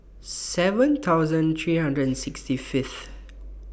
seven thousand three hundred and sixty Fifth